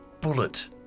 bullet